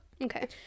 Okay